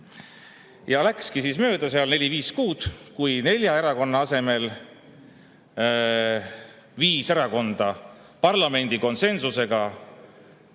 Ja läkski mööda seal neli-viis kuud, kui nelja erakonna asemel viis erakonda parlamendi konsensusega